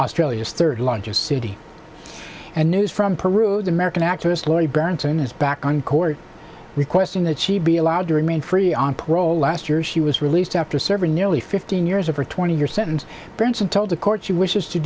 australia's third largest city and news from peru the american actress lori berenson is back on court requesting that she be allowed to remain free on parole last year she was released after serving nearly fifteen years of her twenty year sentence brinson told the court she wishes to